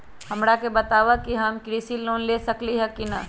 हमरा के बताव कि हम कृषि लोन ले सकेली की न?